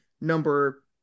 number